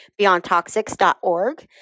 beyondtoxics.org